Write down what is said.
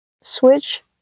switch